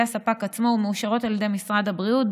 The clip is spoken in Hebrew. הספק עצמו ומאושרת על ידי משרד הבריאות,